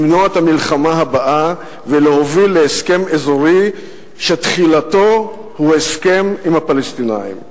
למנוע את המלחמה הבאה ולהוביל להסכם אזורי שתחילתו הסכם עם הפלסטינים.